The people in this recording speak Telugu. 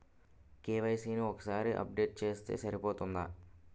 కే.వై.సీ ని ఒక్కసారి అప్డేట్ చేస్తే సరిపోతుందా?